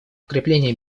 укрепление